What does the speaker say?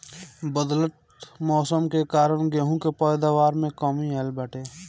बदलत मौसम के कारण गेंहू के पैदावार में कमी आइल बाटे